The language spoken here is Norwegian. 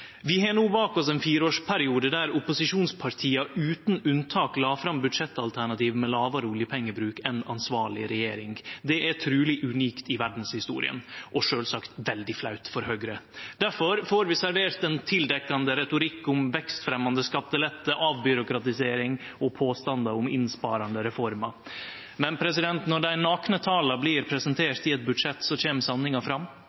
Vi har no bak oss ein fireårsperiode der opposisjonspartia utan unntak la fram budsjettalternativ med lågare oljepengebruk enn ansvarleg regjering. Det er truleg unikt i verdshistoria – og sjølvsagt veldig flaut for Høgre. Difor får vi servert ein tildekt retorikk om vekstfremjande skattelette, avbyråkratisering og påstandar om innsparande reformer. Men når dei nakne tala blir presenterte i eit budsjett, kjem sanninga fram.